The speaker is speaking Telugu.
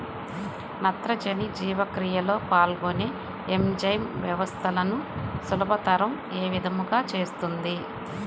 నత్రజని జీవక్రియలో పాల్గొనే ఎంజైమ్ వ్యవస్థలను సులభతరం ఏ విధముగా చేస్తుంది?